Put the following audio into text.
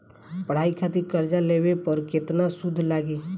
पढ़ाई खातिर कर्जा लेवे पर केतना सूद लागी?